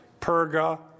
Perga